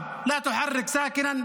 509 נרצחים.